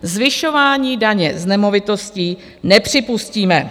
Zvyšování daně z nemovitostí nepřipustíme.